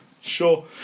Sure